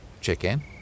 Chicken